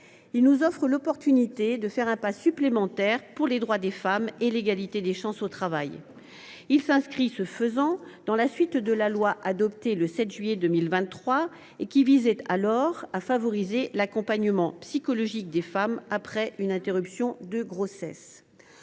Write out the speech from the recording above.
nous offre l’opportunité de faire un pas supplémentaire pour les droits des femmes et l’égalité des chances au travail. Il s’inscrit dans la suite de la loi adoptée le 7 juillet 2023, qui visait à favoriser l’accompagnement psychologique des femmes après une interruption de grossesse.